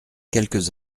quelques